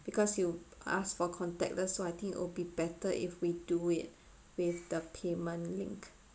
because you asked for contactless so I think it'll be better if we do it with the payment link